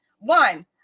One